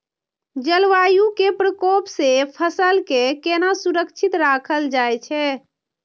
जलवायु के प्रकोप से फसल के केना सुरक्षित राखल जाय छै?